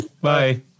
Bye